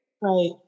Right